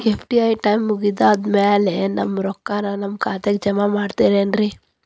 FD time ಮುಗಿದಾದ್ ಮ್ಯಾಲೆ ನಮ್ ರೊಕ್ಕಾನ ನಮ್ ಖಾತೆಗೆ ಜಮಾ ಮಾಡ್ತೇರೆನ್ರಿ?